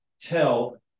tell